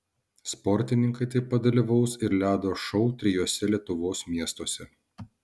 sportininkai taip pat dalyvaus ir ledo šou trijuose lietuvos miestuose